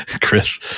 Chris